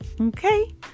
Okay